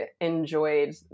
enjoyed